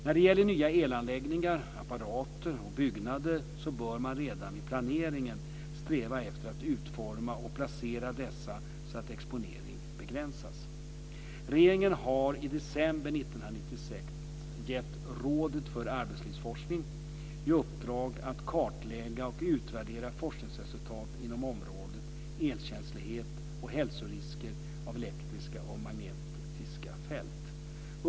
När det gäller nya elanläggningar, apparater och byggnader bör man redan vid planeringen sträva efter att utforma och placera dessa så att exponering begränsas. Regeringen har i december 1996 gett Rådet för arbetslivsforskning i uppdrag att kartlägga och utvärdera forskningsresultat inom området elkänslighet och hälsorisker av elektriska och magnetiska fält.